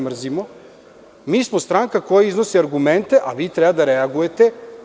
Mi smo stranka koja iznosi argumente, a vi treba da reagujete.